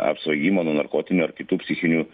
apsvaigimo nuo narkotinių ar kitų psichinių